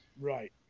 Right